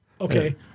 Okay